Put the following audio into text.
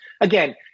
again